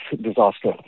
disaster